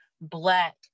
Black